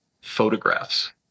photographs